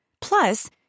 Plus